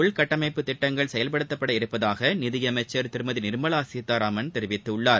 உள்கட்டமைப்பு திட்டங்கள் செயல்படுத்தப்பட உள்ளதாக நிதியமைச்சர் திருமதி நிர்மலா சீதாராமன் தெரிவித்துள்ளார்